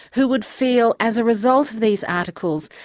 who would feel as a result of these articles,